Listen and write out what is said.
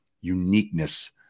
uniqueness